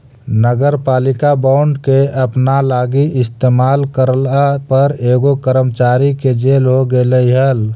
नगरपालिका बॉन्ड के अपना लागी इस्तेमाल करला पर एगो कर्मचारी के जेल हो गेलई हल